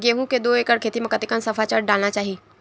गेहूं के दू एकड़ खेती म कतेकन सफाचट डालना चाहि?